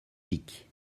pic